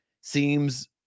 Seems